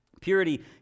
Purity